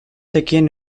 zekien